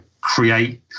create